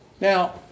Now